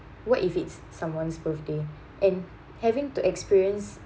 what if it's someone's birthday and having to experience